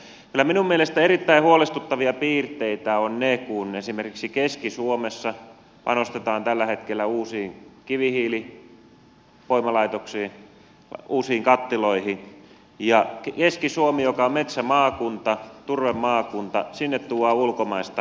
kyllä minun mielestäni erittäin huolestuttavia piirteitä ovat ne kun esimerkiksi keski suomessa panostetaan tällä hetkellä uusiin kivihiilivoimalaitoksiin uusiin kattiloihin ja keski suomeen joka on metsämaakunta turvemaakunta tuodaan ulkomaista energiaa